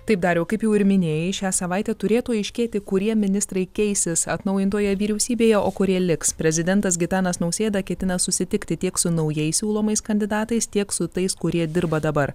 taip dariau kaip jau ir minėjai šią savaitę turėtų aiškėti kurie ministrai keisis atnaujintoje vyriausybėje o kurie liks prezidentas gitanas nausėda ketina susitikti tiek su naujai siūlomais kandidatais tiek su tais kurie dirba dabar